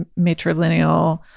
matrilineal